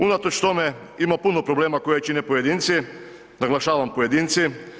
Unatoč tome ima puno problema koje čine pojedinci, naglašavam pojedinci.